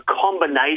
combination